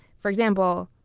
for example,